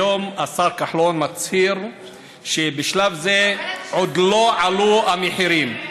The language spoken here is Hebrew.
היום השר כחלון מצהיר שבשלב זה עוד לא עלו המחירים,